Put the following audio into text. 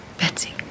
Betsy